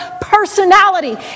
personality